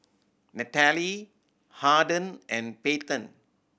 Nataly Harden and Payten